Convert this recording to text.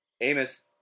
Amos